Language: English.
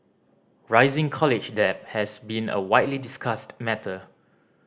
rising college debt has been a widely discussed matter